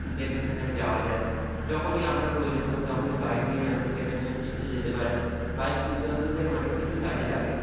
যেখানে সেখানে যাওয়া যায় যখনই আপনার প্রয়োজন হবে তখনই বাইক নিয়ে আপনি যেখানে ইচ্ছে যেতে পারেন বাইক সুবিধা অসুবিধায় অনেক কিছুই কাজে লাগে